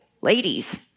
Ladies